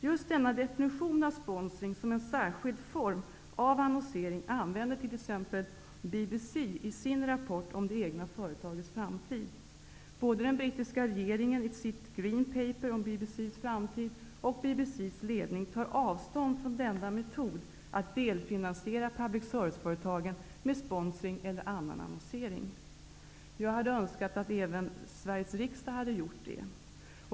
Just denna definition av sponsring som en ''särskild form av annonsering'' använder t.ex. BBC i sin rapport om det egna företagets framtid. Både den brittiska regeringen i sitt ''Green Paper'' om BBC:s framtid och BBC:s ledning tar avstånd från denna metod att delfinansiera public service-företagen med sponsring eller annan annonsering. Jag hade önskat att även Sveriges riksdag hade gjort det.